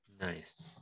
nice